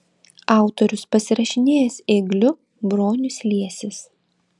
autorius pasirašinėjęs ėgliu bronius liesis